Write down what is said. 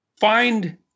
find